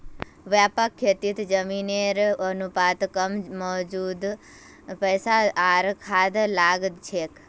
व्यापक खेतीत जमीनेर अनुपात कम मजदूर पैसा आर खाद लाग छेक